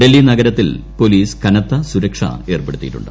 ഡൽഹി നഗരത്തിൽ പൊലീസ് കനത്ത സുരക്ഷ ഏർപ്പെടുത്തിയിട്ടുണ്ട്